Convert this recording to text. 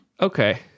Okay